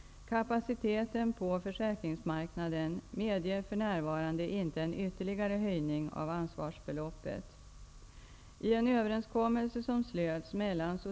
Kapaciteten på försäkringsmarknaden medger för närvarande inte en ytterligare höjning av ansvarsbeloppet.